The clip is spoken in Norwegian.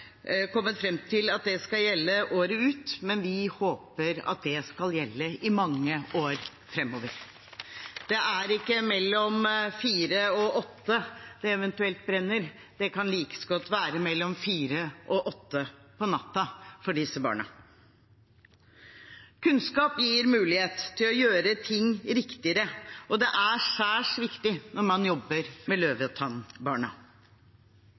kommet fram til at det skal gjelde året ut, men vi håper at det skal gjelde i mange år framover. Det er ikke mellom kl. 8 og 16 det eventuelt brenner, det kan like godt være mellom kl. 16 og 8 – på natten – for disse barna. Kunnskap gir mulighet til å gjøre ting riktigere, og det er særs viktig når man jobber med løvetannbarna.